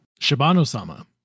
Shibano-sama